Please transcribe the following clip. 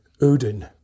Odin